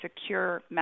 secure